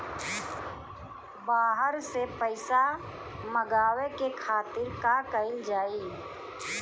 बाहर से पइसा मंगावे के खातिर का कइल जाइ?